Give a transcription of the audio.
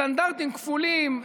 סטנדרטים כפולים,